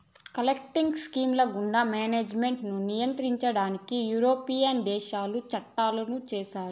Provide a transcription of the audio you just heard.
collective scheme గుండా management ను నియంత్రించడానికి యూరోపియన్ దేశాలు చట్టాలు చేశాయి